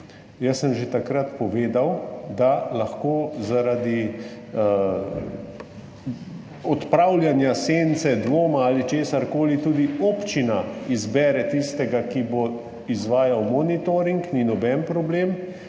Jaz sem že takrat povedal, da lahko zaradi odpravljanja sence dvoma ali česarkoli tudi občina izbere tistega, ki bo izvajal monitoring, ni noben problem,